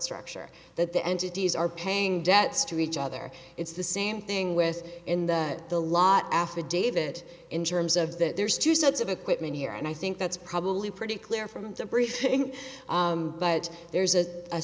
structure that the entities are paying debts to each other it's the same thing with in the the lot affidavit in germs of that there's two sets of equipment here and i think that's probably pretty clear from the briefing but there's a a